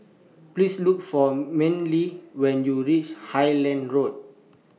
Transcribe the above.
Please Look For Manly when YOU REACH Highland Road